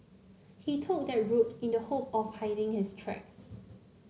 he took that route in the hope of hiding his tracks